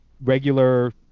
regular